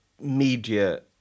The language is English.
media